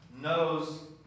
knows